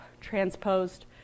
transposed